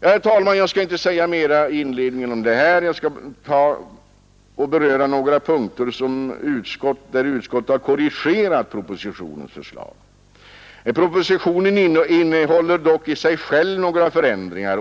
Herr talman! Jag skall inte orda ytterligare om detta utan ämnar i stället beröra några punkter där utskottet har korrigerat propositionens förslag. Propositionen innehåller i sig själv några förändringar.